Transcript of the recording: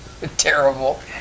terrible